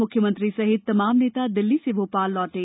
मुख्यमंत्री सहित तमाम नेता दिल्ली से भोपाल लौटे